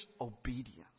obedience